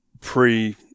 pre